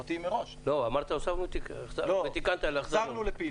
אמרת הוספנו ותיקנת להחזרנו.